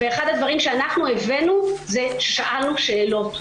אחד הדברים שאנחנו הבאנו, שאלנו שאלות.